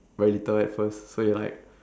very little at first so you like